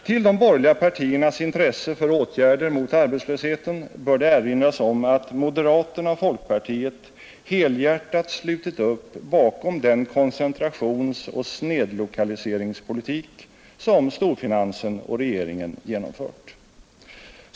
Till de borgerliga partiernas intresse för åtgärder mot arbetslösheten bör det erinras om att moderaterna och folkpartiet helhjärtat slutit upp bakom den koncentrationsoch snedlokaliseringspolitik som storfinansen och regeringen genomfört.